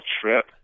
trip